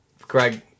Craig